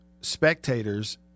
spectators